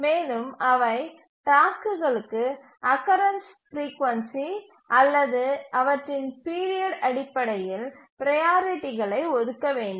மேலும் அவை டாஸ்க்குகளுக்கு அக்கரன்ஸ் பிரீகொன்சி அல்லது அவற்றின் பீரியட் அடிப்படையில் ப்ரையாரிட்டிகளை ஒதுக்க வேண்டும்